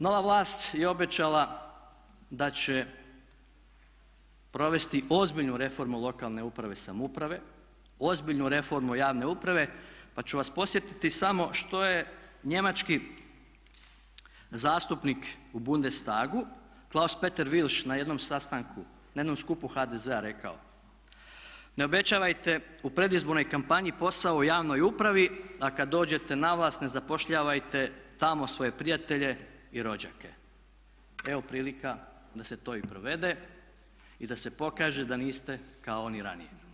Nova vlast je obećala da će provesti ozbiljnu reformu lokalne uprave i samouprave, ozbiljnu reformu javne uprave pa ću vas podsjetiti samo što je njemački zastupnik u Bundestagu Klaus Peter Willsch na jednom skupu HDZ-a rekao: "Ne obećavajte u predizbornoj kampanji posao u javnoj upravi, a kad dođete na vlast ne zapošljavajte tamo svoje prijatelje i rođake." Evo prilika da se to i provede i da se pokaže da niste kao oni ranije.